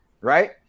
right